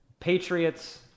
Patriots